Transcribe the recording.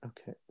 Okay